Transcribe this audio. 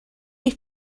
you